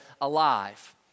alive